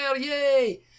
yay